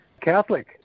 Catholic